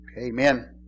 Amen